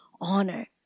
honor